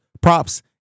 props